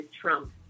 Trump